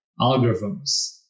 algorithms